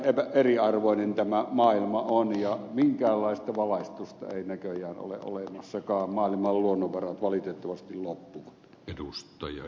näin eriarvoinen tämä maailma on ja minkäänlaista valaistusta ei näköjään ole olemassakaan maailman luonnonvarat valitettavasti loppuvat